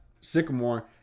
sycamore